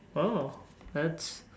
oh that's